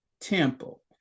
Temple